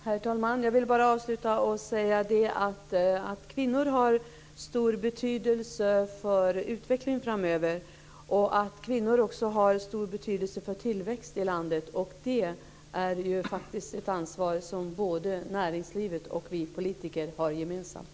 Herr talman! Jag vill avslutningsvis säga att kvinnor har stor betydelse för utvecklingen framöver. Kvinnor har också stor betydelse för tillväxten i landet. Det är ett ansvar som både näringslivet och vi politiker har gemensamt.